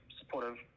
supportive